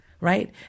right